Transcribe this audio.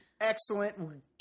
Excellent